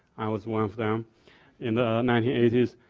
i was one of them in the nineteen eighty s,